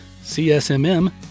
C-S-M-M